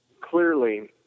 clearly